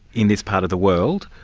in this part of the world,